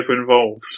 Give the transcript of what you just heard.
involved